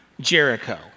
Jericho